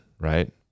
right